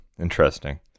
interesting